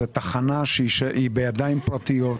זאת תחנה שהיא בידיים פרטיות.